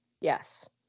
Yes